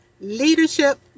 Leadership